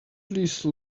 please